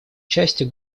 частью